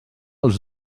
els